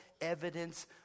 evidence